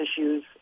issues